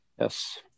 Yes